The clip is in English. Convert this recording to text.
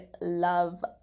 love